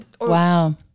Wow